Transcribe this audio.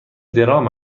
درام